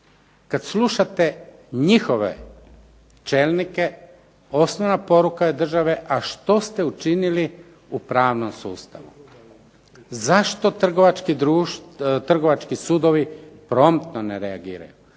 Kada slušate njihove čelnike, osnovna poruka je države, a što ste učinili u pravnom sustavu? Zašto trgovački sudovi promptno ne reagiraju?